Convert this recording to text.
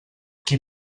qui